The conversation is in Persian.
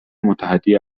متحده